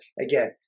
again